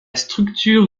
structure